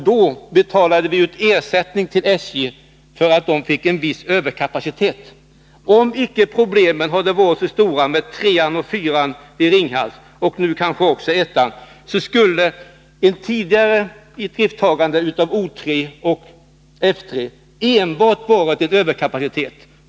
Då betalade vi ut ersättning till SJ för att SJ fick en viss överkapacitet. Om inte problemen med 3:an och 4:an — och nu kanske också med 1:an — i Ringhals hade varit så stora, skulle ett tidigare idrifttagande av O 3 och F 3 enbart ha inneburit överkapacitet.